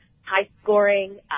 high-scoring